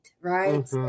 right